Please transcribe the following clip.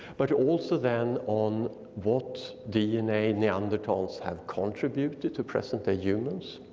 but also then on what dna neanderthals have contributed to present day humans.